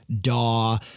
DAW